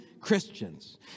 Christians